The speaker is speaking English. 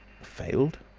failed!